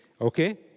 okay